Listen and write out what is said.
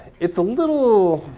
it's a little